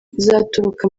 uzaturuka